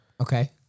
Okay